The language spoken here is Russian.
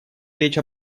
речь